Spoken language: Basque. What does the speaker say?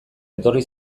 etorri